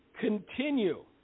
continue